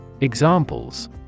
Examples